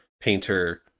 Painter